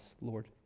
lord